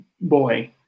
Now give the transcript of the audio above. boy